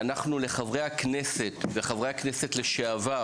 לחברי הכנסת הקיימים וחברי הכנסת לשעבר